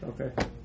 Okay